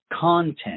content